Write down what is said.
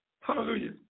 hallelujah